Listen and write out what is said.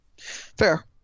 Fair